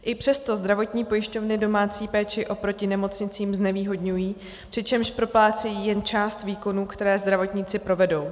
I přesto zdravotní pojišťovny domácí péči oproti nemocnicím znevýhodňují, přičemž proplácejí jen část výkonů, které zdravotníci provedou.